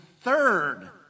third